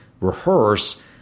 rehearse